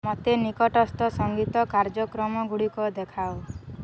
ମୋତେ ନିକଟସ୍ଥ ସଂଗୀତ କାର୍ଯ୍ୟକ୍ରମଗୁଡ଼ିକ ଦେଖାଅ